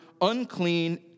unclean